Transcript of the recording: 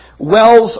Wells